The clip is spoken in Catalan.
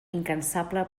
incansable